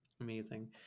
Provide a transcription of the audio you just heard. Amazing